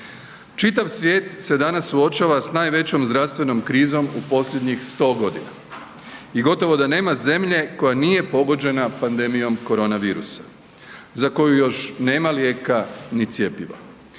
Čitav svijet se danas suočava s najvećom zdravstvenom krizom u posljednjih 100 godina i gotovo da nema zemlje koja nije pogođena pandemijom koronavirusa za koju još nema lijeka ni cjepiva.